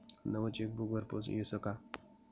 नवं चेकबुक घरपोच यस का?